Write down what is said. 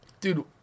Dude